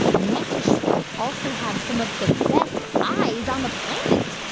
mantis shrimp also have some of the best eyes on the planet